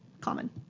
common